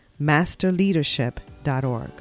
masterleadership.org